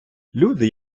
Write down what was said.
люди